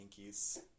pinkies